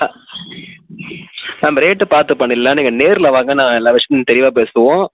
ma'am rate பார்த்து பண்ணிர்லாம் நீங்கள் நேரில் வாங்க நான் எல்லாம் விஷயமும் தெளிவாக பேசுவோம்